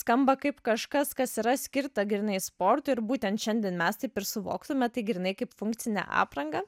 skamba kaip kažkas kas yra skirta grynai sportui ir būtent šiandien mes taip ir suvoktume tai grynai kaip funkcinę aprangą